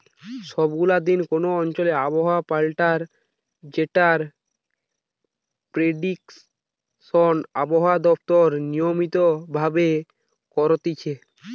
সব গুলা দিন কোন অঞ্চলে আবহাওয়া পাল্টায় যেটার প্রেডিকশন আবহাওয়া দপ্তর নিয়মিত ভাবে করতিছে